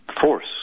force